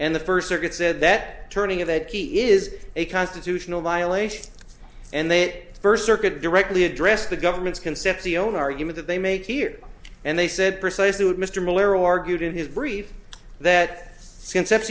and the first circuit said that turning of that key is a constitutional violation and then it first circuit directly addressed the government's concepcion argument that they make here and they said precisely what mr miller argued in his brief that since that's